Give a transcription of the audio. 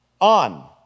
on